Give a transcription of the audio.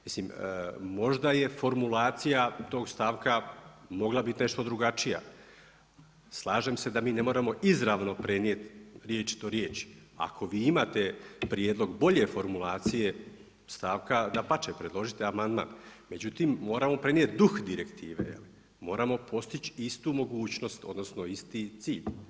Mislim, možda je formulacija tog stavka mogla biti nešto drugačija, slažem se da mi ne moramo izravno prenijeti riječi do riječi, ako vi imate prijedlog bolje formulacije, dapače, predložite amandman, međutim moramo prenijeti duh direktive, je li, moramo postići istu mogućnost odnosno isti cilj.